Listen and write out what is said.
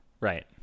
Right